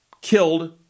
killed